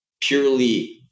purely